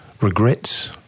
regrets